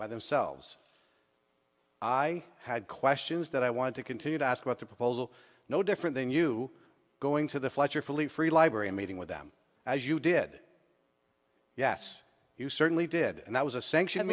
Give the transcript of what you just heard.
by themselves i had questions that i wanted to continue to ask about the proposal no different than you going to the fletcher fully free library meeting with them as you did yes you certainly did and that was a sanction